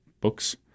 books